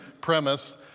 premise